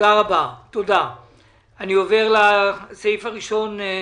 אני עובר לסעיף הראשון: